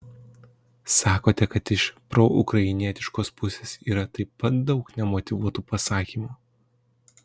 sakote kad iš proukrainietiškos pusės yra taip pat daug nemotyvuotų pasakymų